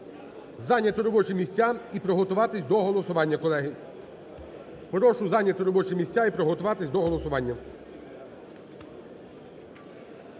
зайняти робочі місця і приготуватись до голосування, колеги. Прошу зайняти робочі місця і приготуватись до голосування.